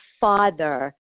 father